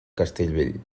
castellvell